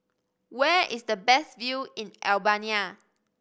where is the best view in Albania